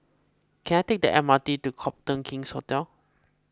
can I take the M R T to Copthorne King's Hotel